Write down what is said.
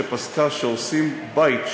שפסקה שהורסים בית,